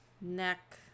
neck